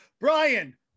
Brian